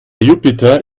jupiter